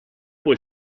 puoi